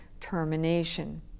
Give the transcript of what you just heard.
termination